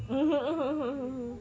(uh huh) !huh! !huh!